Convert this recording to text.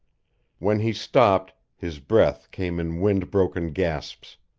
when he stopped, his breath came in wind-broken gasps.